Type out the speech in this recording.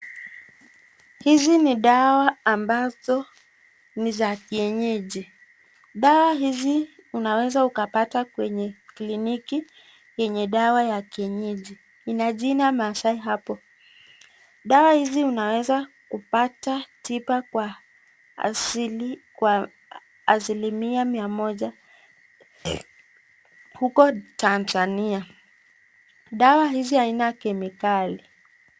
Hizi ni dawa ambazo ni za kienyeji dawa unaweza ukapata kwenye kiliniki yenye dawa ya kienyeji Ina jina maasai hapo, dawa hizi unaweza pata tiba kwa asili ya asilimia mia moja huko Tanzania, dawa hizi Haina kemikali.